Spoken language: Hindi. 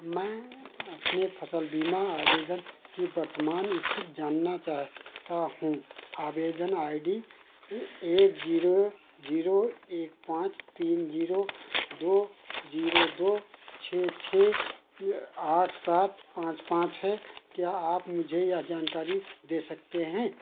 मैं अपने फसल बीमा आवेदन की वर्तमान स्थिति जानना चाहता हूँ आवेदन एक जीरो जीरो एक पाँच तीन जीरो दो जीरो दो छः छः आठ सात पाँच पाँच है क्या आप मुझे वह जानकारी दे सकते हैं